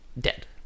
dead